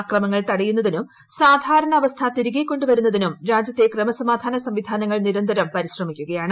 അക്രമങ്ങൾ തടയുന്നതിനും സാധാരണ അവസ്ഥ തിരികെ കൊണ്ടുവരുന്നതിനും രാജ്യത്തെ ക്രമസമാധാന സംവിധാനങ്ങൾ നിരന്തരം പരിശ്രമിക്കുകയാണ്